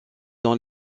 dans